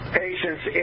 patients